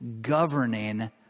governing